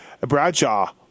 Bradshaw